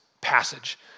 passage